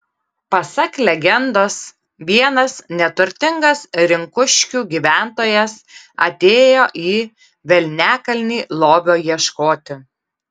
pasak legendos vienas neturtingas rinkuškių gyventojas atėjo į velniakalnį lobio ieškoti